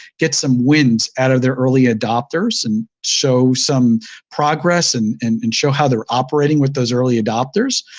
get some wins out of their early adopters, and show some progress, and and and show how they're operating with those early adopters.